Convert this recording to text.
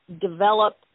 develop